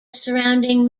surrounding